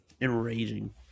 Enraging